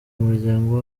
muryango